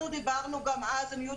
אנחנו דיברנו גם אז על ניוד